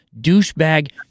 douchebag